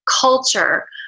culture